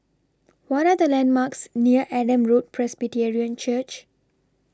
What Are The landmarks near Adam Road Presbyterian Church